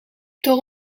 door